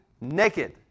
naked